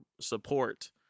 support